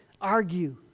argue